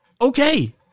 Okay